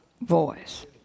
voice